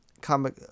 comic